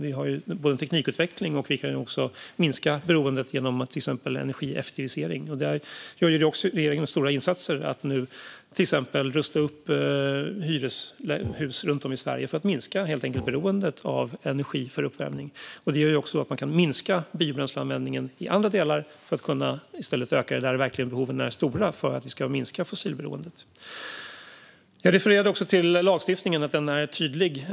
Vi har en teknikutveckling, och vi kan också minska beroendet genom exempelvis energieffektivisering. Där gör också regeringen stora insatser för att till exempel rusta upp hyreshus runt om i Sverige för att helt enkelt minska beroendet av energi för uppvärmning. Det gör också att man kan minska biobränsleanvändningen i andra delar för att i stället kunna öka den där behoven är stora, så att vi kan minska fossilberoendet. Jag refererade också till lagstiftningen, som är tydlig.